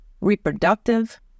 reproductive